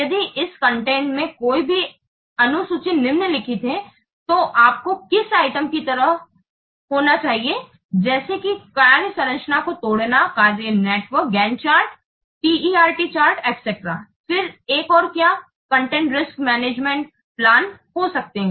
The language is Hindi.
यदि इस कंटेंट में कोई भी अनुसूची निम्नलिखित है तो आपको किस आइटम की तरह होना चाहिए जैसे कि कार्य संरचना को तोडना कार्य नेटवर्क Gantt चार्ट और PERT चार्ट etc फिर एक और क्या कंटेंट रिस्क मैनेजर प्लानिंग हो सकते है